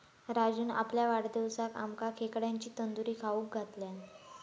राजून आपल्या वाढदिवसाक आमका खेकड्यांची तंदूरी खाऊक घातल्यान